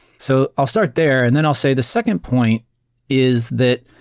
so i'll start there, and then i'll say the second point is that